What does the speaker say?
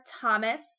Thomas